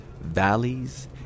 valleys